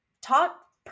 talk